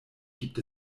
gibt